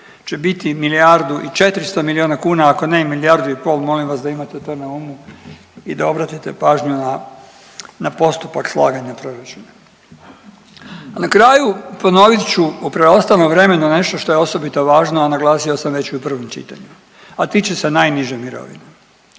će biti milijardu i 400 milijuna kuna, ako ne i milijardu i pol, molim vas da imate to na umu i da obratite pažnju na, na postupak slaganja proračuna. A na kraju ponovit ću u preostalom vremenu nešto što je osobito važno, a naglasio sam već i u prvom čitanju, a tiče se najniže mirovine,